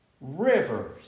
rivers